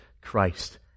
Christ